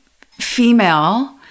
female